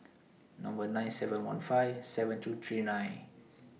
Number nine seven one five seven two three nine